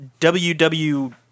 WW